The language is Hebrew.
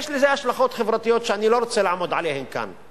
יש לזה השלכות חברתיות שאני לא רוצה לעמוד עליהן כאן.